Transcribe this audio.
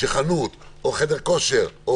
שחנות או חדר כושר,